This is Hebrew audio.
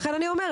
לכן אני אומרת,